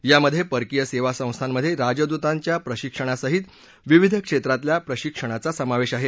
यामध्ये परकीय सेवा संस्थांमध्ये राजदूतांच्या प्रशिक्षणासहित विविध क्षेत्रातल्या प्रशिक्षणाचा समावेश आहे